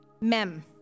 mem